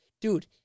dude